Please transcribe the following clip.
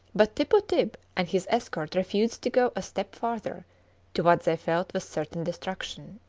but tippu-tib and his escort refused to go a step farther to what they felt was certain destruction.